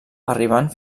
arribant